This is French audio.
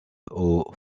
aux